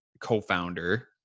co-founder